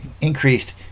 increased